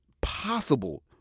possible